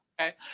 Okay